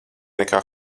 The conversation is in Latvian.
nekā